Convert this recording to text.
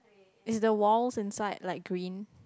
is the walls inside like green